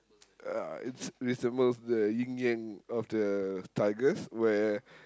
uh it's it's the most the ying-yang of the tigers where